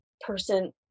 person